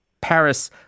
Paris